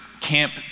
camp